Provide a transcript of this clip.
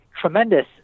tremendous